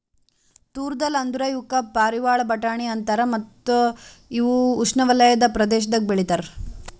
ತೂರ್ ದಾಲ್ ಅಂದುರ್ ಇವುಕ್ ಪಾರಿವಾಳ ಬಟಾಣಿ ಅಂತಾರ ಮತ್ತ ಇವು ಉಷ್ಣೆವಲಯದ ಪ್ರದೇಶದಾಗ್ ಬೆ ಳಿತಾರ್